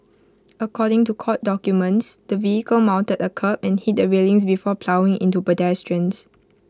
according to court documents the vehicle mounted A kerb and hit the railings before ploughing into pedestrians